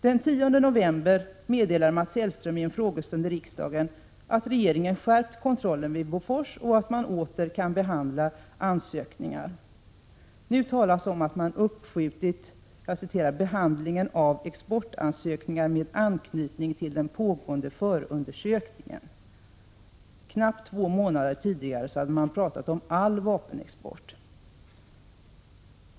Den 10 oktober meddelade Mats Hellström i en frågestund i riksdagen att regeringen skärpt kontrollen vid Bofors och att man åter kunde behandla ansökningar. Nu talas om att man uppskjutit ”behandlingen av exportansökningar med anknytning till den pågående förundersökningen”. Knappt två månader tidigare hade man pratat om all vapenexport.